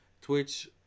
Twitch